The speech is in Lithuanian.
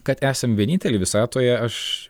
kad esam vieninteliai visatoje aš